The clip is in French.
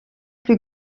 plus